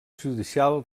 judicial